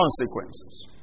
consequences